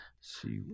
see